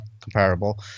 comparable